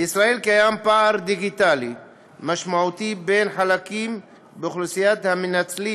בישראל קיים פער דיגיטלי משמעותי בין חלקים באוכלוסייה המנצלים